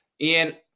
Ian